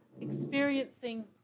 experiencing